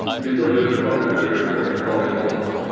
we will use the mod manager for installing all mods.